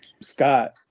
Scott